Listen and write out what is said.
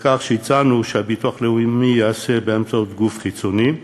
מחקר שהצענו שהביטוח הלאומי יעשה באמצעות גוף חיצוני,